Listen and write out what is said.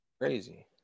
Crazy